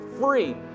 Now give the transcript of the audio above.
free